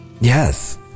Yes